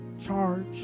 charge